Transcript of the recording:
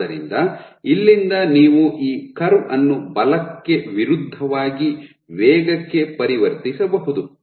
ಆದ್ದರಿಂದ ಇಲ್ಲಿಂದ ನೀವು ಈ ಕರ್ವ್ ಅನ್ನು ಬಲಕ್ಕೆ ವಿರುದ್ಧವಾಗಿ ವೇಗಕ್ಕೆ ಪರಿವರ್ತಿಸಬಹುದು